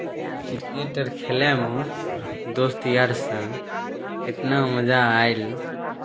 cricket अर खेलयमे दोस्त यार सङ्ग एतना मजा आयल